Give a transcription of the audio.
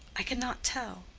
i cannot tell.